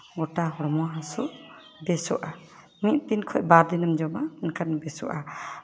ᱜᱚᱴᱟ ᱦᱚᱲᱢᱚ ᱦᱟᱹᱥᱩ ᱵᱮᱥᱚᱜᱼᱟ ᱢᱤᱫ ᱫᱤᱱ ᱠᱷᱚᱡ ᱵᱟᱨ ᱫᱤᱱᱮᱢ ᱡᱚᱢᱟ ᱢᱮᱱᱠᱷᱟᱱ ᱵᱮᱥᱚᱜᱼᱟ